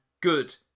good